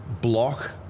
block